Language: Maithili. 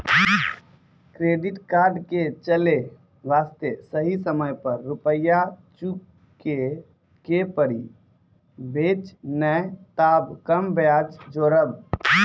क्रेडिट कार्ड के चले वास्ते सही समय पर रुपिया चुके के पड़ी बेंच ने ताब कम ब्याज जोरब?